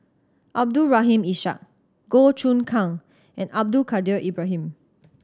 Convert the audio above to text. Abdul Rahim Ishak Goh Choon Kang and Abdul Kadir Ibrahim